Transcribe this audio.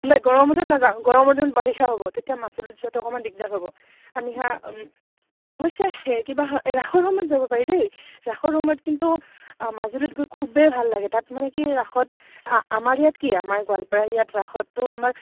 নাই গৰমতো নাযাওঁ গৰমৰ দিনত বাৰিষা হ'ব তেতিয়া মাজুলীত যোৱাতো অকণমান দিগদাৰ হ'ব আমি সেয়া অৱশ্যে কিবা এই ৰাসৰ সময়ত যাব পাৰি দেই ৰাসৰ সময়ত কিন্তু মাজুলীত গৈ খুবেই ভাল লাগে তাত মানে কি ৰাসত আমাৰ ইয়াত কি আমাৰ গোৱালপাৰা ইয়াত ৰাসততো আমাৰ